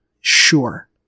sure